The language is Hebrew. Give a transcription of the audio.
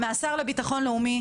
מהשר לביטחון לאומי,